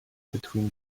between